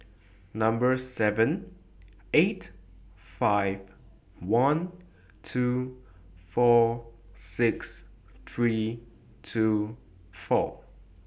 Number seven eight five one two four six three two four